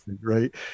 Right